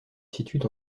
situent